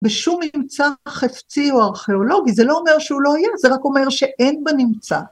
בשום ממצא חפצי או ארכיאולוגי זה לא אומר שהוא לא היה זה רק אומר שאין בנמצא